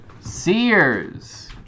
Sears